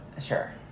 Sure